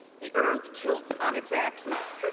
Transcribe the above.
the earth tilts on its axis.